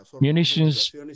munitions